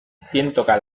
zientoka